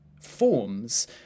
forms